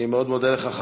אני מאוד מודה לך,